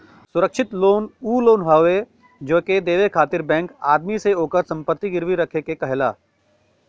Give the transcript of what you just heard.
सुरक्षित लोन उ लोन हौ जेके देवे खातिर बैंक आदमी से ओकर संपत्ति गिरवी रखे के कहला